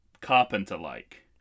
carpenter-like